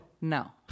no